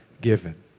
given